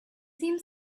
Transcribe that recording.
seemed